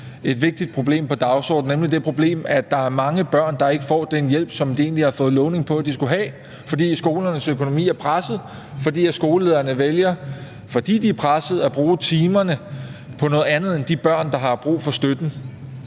et vigtigt problem på dagsordenen, nemlig det problem, at der er mange børn, der ikke får den hjælp, som de egentlig har fået lovning på at de skal have, fordi skolernes økonomi er presset, fordi skolelederne vælger – fordi de er presset – at bruge timerne på noget andet end de børn, der har brug for støtten.